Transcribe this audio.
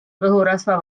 kõhurasva